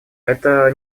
это